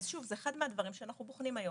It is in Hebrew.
שוב, זה אחד מהדברים שאנחנו בוחנים היום.